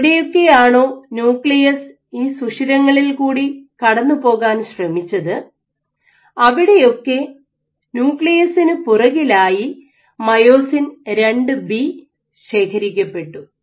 എവിടെയൊക്കെയാണോ nucleus ഈ സുഷിരങ്ങളിൽ കൂടി കടന്നുപോകാൻ ശ്രമിച്ചത് അവിടെയൊക്കെ ന്യൂക്ലിയസിനു പുറകിലായി മയോസിൻ II ബി ശേഖരിക്കപ്പെട്ടു